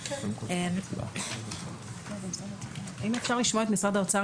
האם אפשר לשמוע את משרד האוצר?